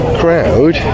crowd